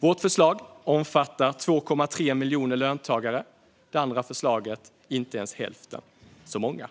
Vårt förslag omfattar 2,3 miljoner löntagare, det andra förslaget inte ens hälften så många.